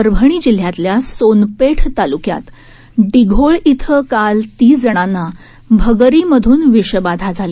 परभणी जिल्ह्यातल्या सोनपेठ तालुक्यात डिघोळ इथं काल तीस व्यक्तींना भगरीतून विषबाधा झाली